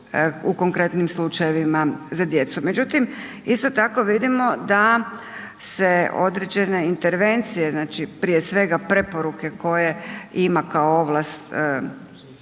u konkretnim slučajevima za djecu međutim isto tako vidimo da se intervencije, znači prije svega preporuke koje ima kao ovlast